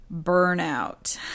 burnout